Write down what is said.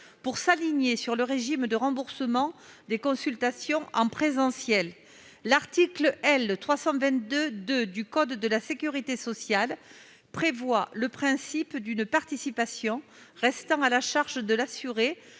pour les aligner sur le régime de remboursement des consultations en présentiel. L'article L. 322-2 du code de la sécurité sociale prévoit le principe d'une participation restant à la charge de l'assuré